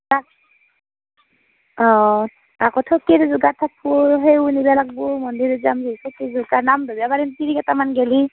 তাক অঁ অঁ আকৌ ঠগি যোগাৰ থাকিব সেইও নিব লাগবু মন্দিৰত যাম যিহেতুকে নাম ধৰিব পাৰিম তিৰি কেইটামান গ'লে